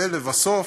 ולבסוף,